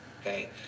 Okay